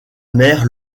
mère